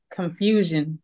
confusion